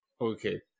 Okay